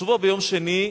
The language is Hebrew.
השבוע, ביום שני,